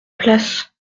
place